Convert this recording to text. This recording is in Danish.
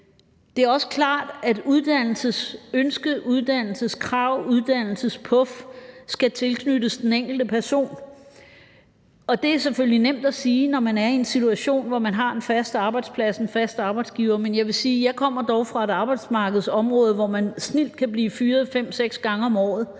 Det er også klart, at uddannelsesønske, uddannelseskrav, uddannelsespuf skal tilknyttes den enkelte person. Det er selvfølgelig nemt at sige, når man er i en situation, hvor man har en fast arbejdsplads, en fast arbejdsgiver, men jeg vil sige, at jeg dog kommer fra et arbejdsmarkedsområde, hvor man snildt kan blive fyret fem, seks gange om året,